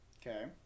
Okay